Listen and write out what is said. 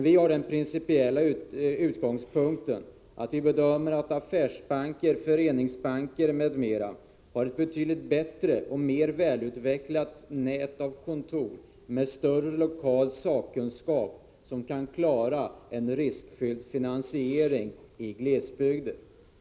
Vi har den principiella inställningen att bl.a. affärsbanker och föreningsbanker har ett mycket bra och välutvecklat kontorsnät. Dessa banker har också stor lokal sakkunskap. Därför kan de klara en riskfylld finansiering i glesbygden.